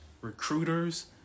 recruiters